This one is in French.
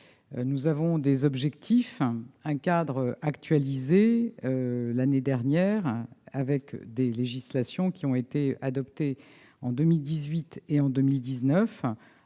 Nous avons des objectifs et un cadre actualisé l'année dernière ; des législations ont été adoptées en 2018 et 2019,